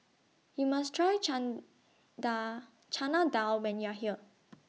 YOU must Try Dal Chana Dal when YOU Are here